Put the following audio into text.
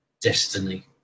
destiny